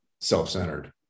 self-centered